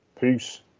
Peace